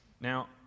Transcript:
Now